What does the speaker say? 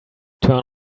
turn